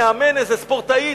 נאמן איזו ספורטאית,